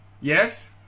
Yes